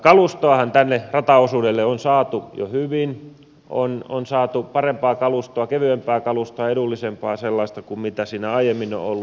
kalustoahan tälle rataosuudelle on saatu jo hyvin on saatu parempaa kalustoa kevyempää kalustoa edullisempaa sellaista kuin mitä siinä aiemmin on ollut